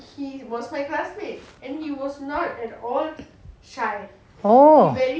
oo